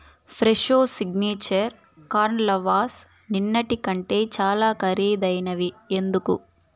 Fresho signature కార్న్ల wash నిన్నటి కంటే చాలా ఖరీదైనవి ఎందుకు